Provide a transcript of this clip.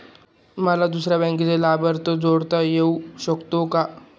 मला दुसऱ्या बँकेचा लाभार्थी जोडता येऊ शकतो का?